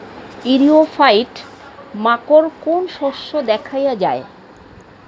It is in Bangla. ইরিও ফাইট মাকোর কোন শস্য দেখাইয়া যায়?